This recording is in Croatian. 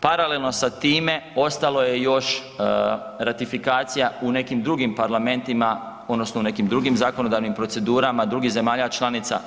Paralelno sa time ostalo je još ratifikacija u nekim drugim parlamentima odnosno u nekim drugim zakonodavnim procedurama drugih zemalja članica.